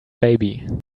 baby